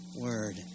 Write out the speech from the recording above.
word